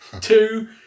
Two